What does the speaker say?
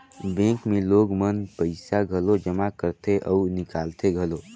bank मे लोग मन पइसा घलो जमा करथे अउ निकालथें घलो